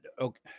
okay